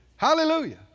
Hallelujah